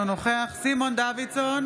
אינו נוכח סימון דוידסון,